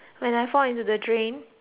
drain